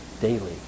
daily